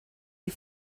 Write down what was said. you